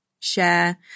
share